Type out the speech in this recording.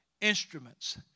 instruments